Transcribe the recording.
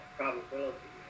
probability